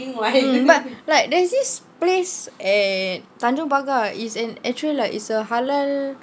mm but like there's this place at tanjong pagar is an actual like is a halal